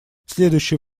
следующий